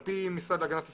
על פי המשרד להגנת הסביבה,